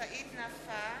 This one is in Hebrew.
חבר הכנסת